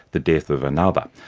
the death of another.